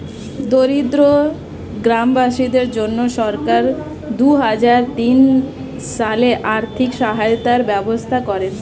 দরিদ্র গ্রামবাসীদের জন্য সরকার দুহাজার তিন সালে আর্থিক সহায়তার ব্যবস্থা করেন